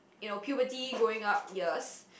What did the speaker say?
you know puberty growing up years